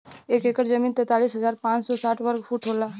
एक एकड़ जमीन तैंतालीस हजार पांच सौ साठ वर्ग फुट होला